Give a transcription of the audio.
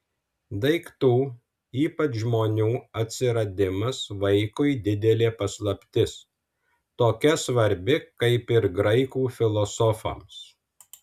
daiktų ypač žmonių atsiradimas vaikui didelė paslaptis tokia svarbi kaip ir graikų filosofams